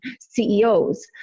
CEOs